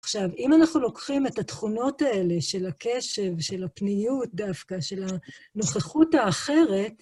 עכשיו, אם אנחנו לוקחים את התכונות האלה של הקשב, של הפניות דווקא, של הנוכחות האחרת,